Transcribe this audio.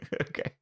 Okay